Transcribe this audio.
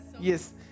Yes